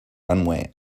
runway